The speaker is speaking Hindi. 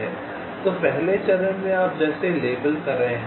तो पहले चरण में आप जैसे लेबल कर रहे हैं